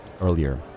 earlier